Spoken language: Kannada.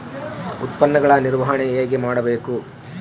ಉತ್ಪನ್ನಗಳ ನಿರ್ವಹಣೆ ಹೇಗೆ ಮಾಡಬೇಕು?